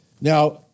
now